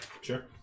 Sure